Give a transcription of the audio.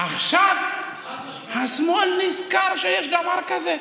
עכשיו השמאל נזכר שיש דבר כזה.